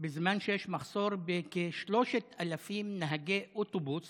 בזמן שיש מחסור של כ-3,000 נהגי אוטובוס